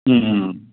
ம் ம்